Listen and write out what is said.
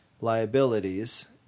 liabilities